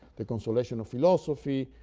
the consolation of philosophy,